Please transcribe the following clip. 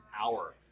hour